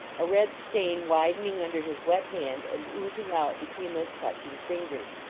a red stain widening under his wet hand and oozing out between those clutching fingers.